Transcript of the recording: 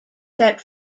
set